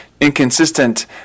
inconsistent